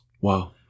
Wow